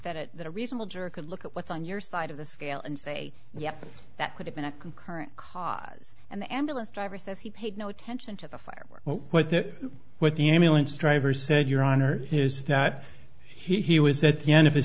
that it that a reasonable juror could look at what's on your side of the scale and say yeah that could have been a concurrent cause and the ambulance driver says he paid no attention to the fire what the what the ambulance driver said your honor is that he was at the end of